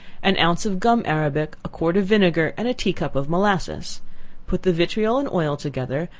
an ounce of gum arabic, a quart of vinegar, and a tea-cup of molasses put the vitriol and oil together,